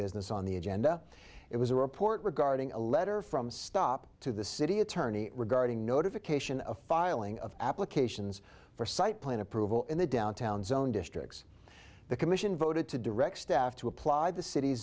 business on the agenda it was a report regarding a letter from stop to the city attorney regarding notification of filing of applications for site plan approval in the downtown zone districts the commission voted to direct staff to apply the city's